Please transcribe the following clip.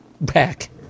Back